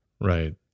right